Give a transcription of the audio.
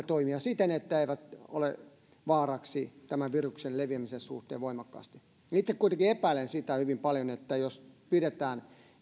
toimia siten että eivät ole vaaraksi tämän viruksen leviämisen suhteen voimakkaasti itse kuitenkin epäilen sitä hyvin paljon että jos pidetään